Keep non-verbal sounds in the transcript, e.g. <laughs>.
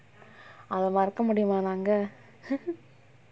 அத மறக்க முடியுமா நாங்க:atha marakka mudiyumaa naanga <laughs>